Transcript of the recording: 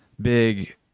big